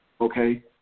okay